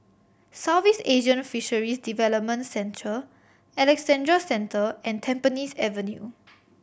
Southeast Asian Fisheries Development Centre Alexandra Central and Tampines Avenue